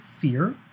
fear